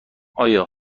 آیا